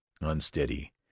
unsteady